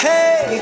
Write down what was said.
Hey